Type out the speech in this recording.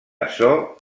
açò